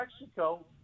Mexico